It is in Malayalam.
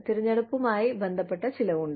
തിരഞ്ഞെടുപ്പുമായി ബന്ധപ്പെട്ട ചിലവുണ്ട്